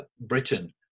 Britain